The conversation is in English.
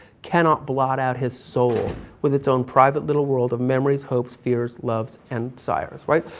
cannot blot out his soul with it's own private little world of memories, hopes, fears, loves and desires. right?